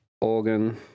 organ